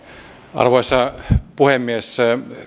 arvoisa puhemies